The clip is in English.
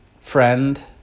friend